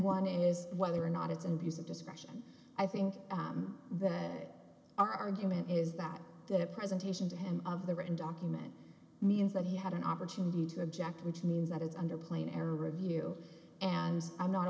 one is whether or not it's an abuse of discretion i think the argument is that that presentation to him of the written document means that he had an opportunity to object which means that it's under plain air review and i'm not